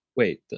Wait